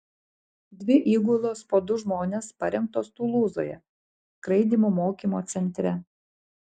dvi įgulos po du žmones parengtos tulūzoje skraidymų mokymo centre